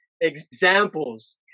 examples